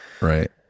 right